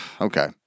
okay